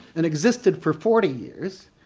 and existed for forty years,